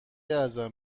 ازم